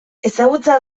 ezagutza